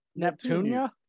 Neptunia